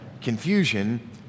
confusion